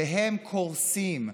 והם קורסים.